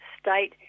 state